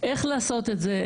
איך לעשות את זה?